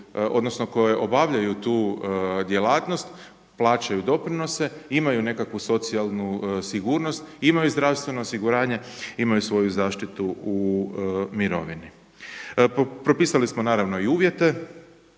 odnosno koje obavljaju tu djelatnost plaćaju doprinose, imaju nekakvu socijalnu sigurnost, imaju zdravstveno osiguranje, imaju svoju zaštitu u mirovini. Propisali smo naravno i uvjete